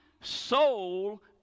soul